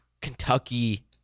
Kentucky